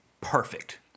perfect